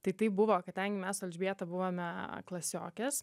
tai taip buvo kadangi mes su elžbieta buvome klasiokės